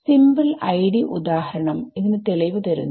simple ID ഉദാഹരണം ഇതിന് തെളിവ് തരുന്നു